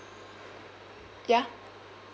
ya